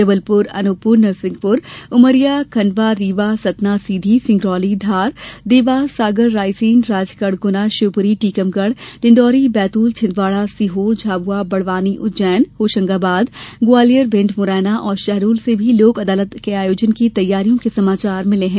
जबलपुर अनूपपुर नरसिंहपुर उमरिया खंडवा रीवा सतना सीधी सिंगरौली धार देवास सागर रायसेन राजगढ़ गुना शिवपुरी टीकमगढ़ डिंडौरी बैतूल छिंदवाड़ा सीहोर झाबुआ बड़वानी उज्जैन होशंगाबाद ग्वालियर भिंड मुरैना और शहडोल से भी लोक अदालत आयोजन की तैयारियों के समाचार मिलें हैं